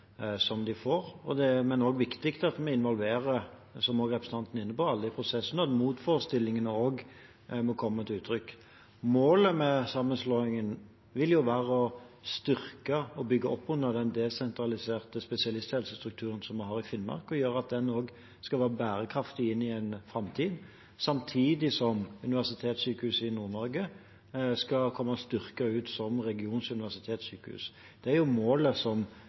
som de får. Men det er også viktig at vi involverer, som representanten er inne på, alle i prosessen, og motforestillingene må også komme til uttrykk. Målet med sammenslåingen vil være å styrke og bygge opp under den desentraliserte spesialisthelsestrukturen som vi har i Finnmark, og gjøre at den skal være bærekraftig inn i en framtid, samtidig som Universitetssykehuset Nord-Norge skal komme styrket ut som region- og universitetssykehus. Det er målet